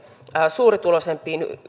suurituloisimpiin